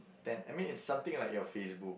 ten I mean it's something like your Facebook